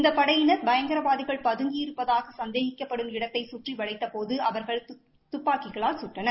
இந்த படையினர் பயங்கரவாதிகள் பதுங்கி இருப்பதாக சந்தேகப்படும் இடத்தை சுற்றிவளைத்தபோது அவர்கள் துப்பாக்கிகளால் சுட்டனர்